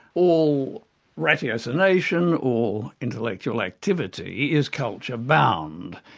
all ratiocination, all intellectual activity is culture-bound.